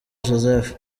joseph